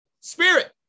Spirit